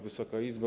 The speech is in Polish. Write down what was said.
Wysoka Izbo!